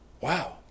Wow